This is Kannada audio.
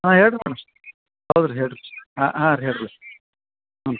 ಹಾಂ ಹೇಳಿರಿ ಮೇಡಮ್ ಹೌದು ರೀ ಹೇಳಿರಿ ಹಾಂ ಹಾಂ ರೀ ಹೇಳ್ರಲಾ ಹ್ಞೂ